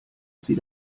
sie